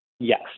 Yes